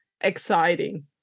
exciting